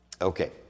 Okay